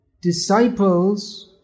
disciples